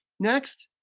next,